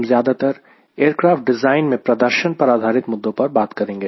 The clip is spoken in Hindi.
हम ज्यादातर एयरक्राफ़्ट डिज़ाइन में प्रदर्शन पर आधारित मुद्दों पर बात करेंगे